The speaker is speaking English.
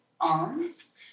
arms